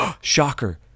shocker